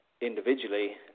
individually